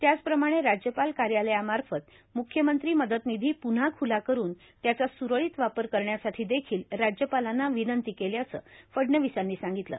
त्याचप्रमाणे राज्यपाल कार्यालयामार्फत मुख्यमंत्री मदतनिथी पुन्हा खुला करून त्याचा सुरळीत वापर करण्यासाठी देखिल राज्यपालांना विनंती केल्याचं फडणविसांनी सांगितलं